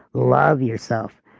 love yourself.